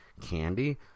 candy